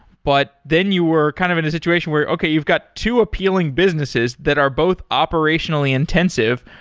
but then you were kind of in a situation where, okay, you've got two appealing businesses that are both operationally intensive.